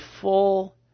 full